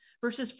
versus